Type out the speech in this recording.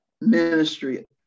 ministry